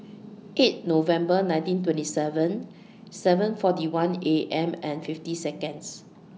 eight November nineteen twenty seven seven forty one A M and fifty Seconds